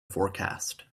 forecast